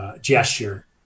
gesture